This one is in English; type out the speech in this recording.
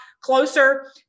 closer